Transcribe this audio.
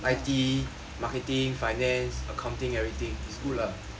I_T marketing finance accounting everything is good lah